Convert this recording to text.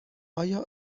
آیا